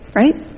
right